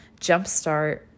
jumpstart